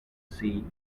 see